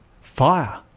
fire